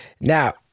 Now